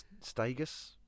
Stagus